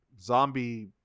zombie